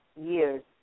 years